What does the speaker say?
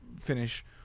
finish